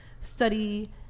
study